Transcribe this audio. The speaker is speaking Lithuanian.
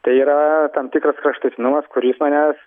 tai yra tam tikras kraštutinumas kuris manęs